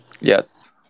Yes